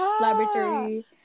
Laboratory